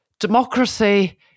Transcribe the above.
Democracy